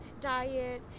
diet